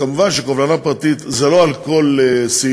כמובן, קובלנה פרטית זה לא על כל סעיף,